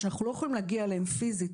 אנחנו לא יכולים להגיע אליהם פיזית.